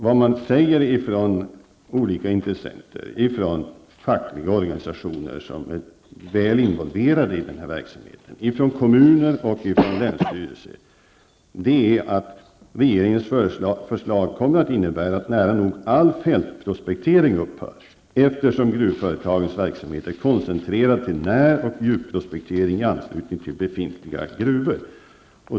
Vad man från olika intressenter säger -- fackliga organisationer som är involverade i denna verksamhet, kommuner och länsstyrelser -- är, att regeringens förslag kommer att innebära att nära nog all fältprospektering upphör, eftersom gruvföretagens verksamhet är koncentrerad till när och djupprospektering i anslutning till befintliga gruvor.